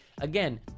again